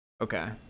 Okay